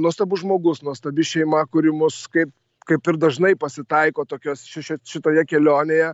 nuostabus žmogus nuostabi šeima kuri mus kaip kaip ir dažnai pasitaiko tokios šičia šitoje kelionėje